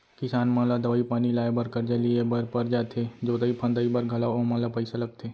किसान मन ला दवई पानी लाए बर करजा लिए बर पर जाथे जोतई फंदई बर घलौ ओमन ल पइसा लगथे